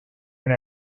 and